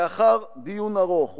לאחר דיון ארוך,